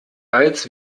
als